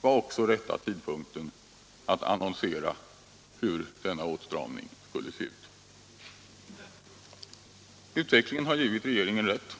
var också rätta tidpunkten kommen att annonsera hur denna åtstramning skulle se ut. Utvecklingen har givit regeringen rätt.